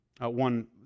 One